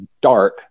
dark